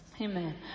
Amen